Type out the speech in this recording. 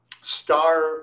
star